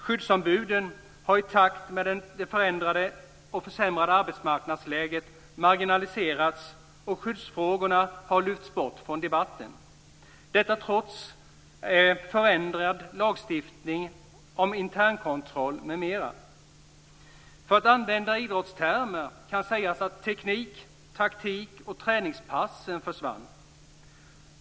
Skyddsombuden har i takt med att arbetsmarknadsläget blivit sämre marginaliserats, och skyddsfrågorna har lyfts bort från debatten, trots en förändrad lagstiftning om internkontroll m.m. För att använda idrottstermer kan sägas att teknik, taktik och träningspass har försvunnit.